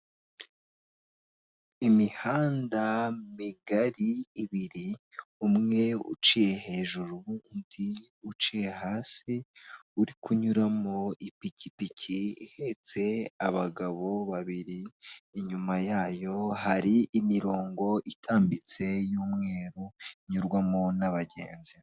Imihanda migari ibiri umwe uciye hejuru undi uciye hasi uri kunyura mu ipikipiki ihetse abagabo babiri inyuma y'ayo hari imirongo itambitse y'umweru inyurwamo n'abagenzi.